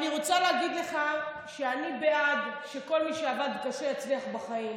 אני רוצה להגיד לך שאני בעד שכל מי שעבד קשה יצליח בחיים,